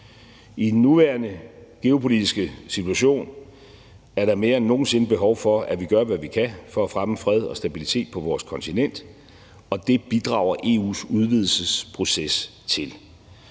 I den nuværende geopolitiske situation er der mere end nogen sinde behov for, at vi gør, hvad vi kan, for at fremme fred og stabilitet på vores kontinent, og det bidrager EU's udvidelsesproces til.